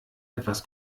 etwas